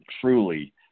truly